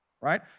right